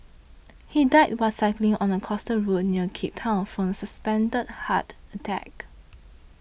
he died while cycling on a coastal road near Cape Town from a suspected heart attack